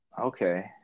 Okay